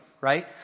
right